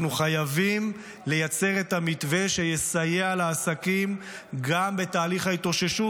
אנחנו חייבים לייצר את המתווה שיסייע לעסקים גם בתהליך ההתאוששות,